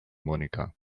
monika